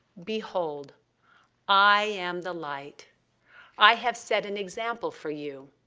behold i am the light i have set an example for you.